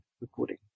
recording